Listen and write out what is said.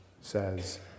says